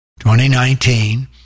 2019